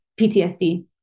PTSD